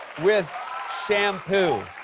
with shampoo.